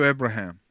Abraham